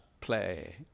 play